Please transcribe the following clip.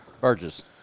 Burgess